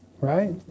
right